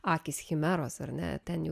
akys chimeros ar ne ten jau